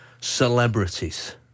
celebrities